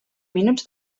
minuts